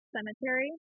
Cemetery